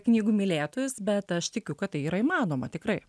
knygų mylėtojus bet aš tikiu kad tai yra įmanoma tikrai